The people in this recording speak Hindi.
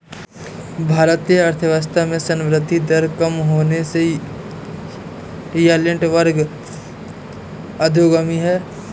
भारतीय अर्थव्यवस्था में संवृद्धि दर कम होने से यील्ड वक्र अधोगामी है